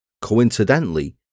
Coincidentally